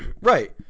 Right